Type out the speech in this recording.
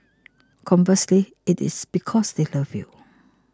conversely it is because they love you